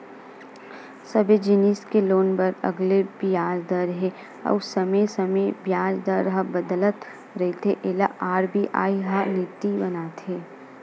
सबे जिनिस के लोन बर अलगे बियाज दर हे अउ समे समे बियाज दर ह बदलत रहिथे एला आर.बी.आई ह नीति बनाथे